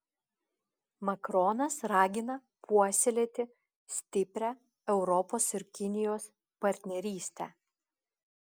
makronas ragina puoselėti stiprią europos ir kinijos partnerystę